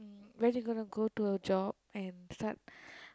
when you gonna go to job and start